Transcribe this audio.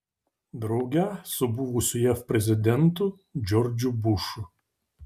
drauge su buvusiu jav prezidentu džordžu bušu